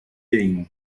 anne